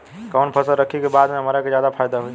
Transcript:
कवन फसल रखी कि बाद में हमरा के ज्यादा फायदा होयी?